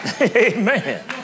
Amen